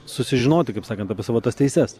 susižinoti kaip sakant apie savo tas teises